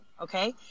Okay